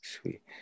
Sweet